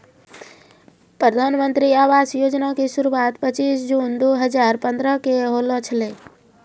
प्रधानमन्त्री आवास योजना के शुरुआत पचीश जून दु हजार पंद्रह के होलो छलै